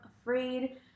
afraid